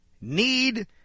need